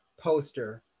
poster